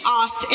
art